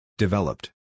Developed